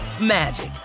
magic